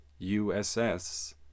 USS